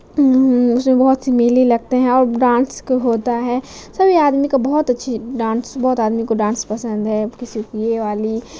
اس میں بہت س میلے لگتے ہیں اور ڈانس کو ہوتا ہے سبھی آدمی کا بہت اچھی ڈانس بہت آدمی کو ڈانس پسند ہے کسی کی یہ والی